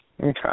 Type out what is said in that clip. Okay